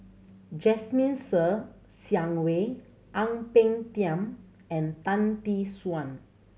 Jasmine Ser Xiang Wei Ang Peng Tiam and Tan Tee Suan